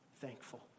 thankful